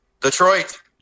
Detroit